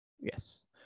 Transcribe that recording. yes